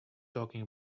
talking